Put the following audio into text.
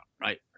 right